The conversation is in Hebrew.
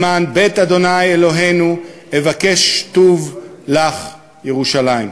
למען בית ה' אלוהינו אבקשה טוב לך", ירושלים.